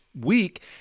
week